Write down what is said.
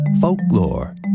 folklore